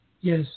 Yes